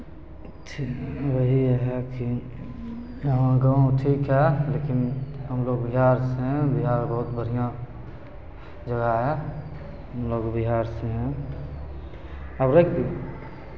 वही है कि यहाँ गाँव ठीक है लेकिन हमलोग बिहार से हैँ बिहार बहुत बढ़िआँ जगह है हमलोग बिहार से हैँ आब राखि दियौ